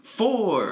four